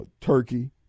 turkey